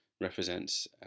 represents